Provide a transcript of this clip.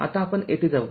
आता आपण येथे जाऊ